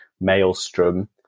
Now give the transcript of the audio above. maelstrom